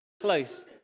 close